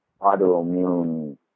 autoimmune